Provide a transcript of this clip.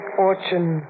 fortune